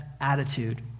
attitude